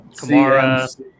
Kamara